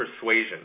Persuasion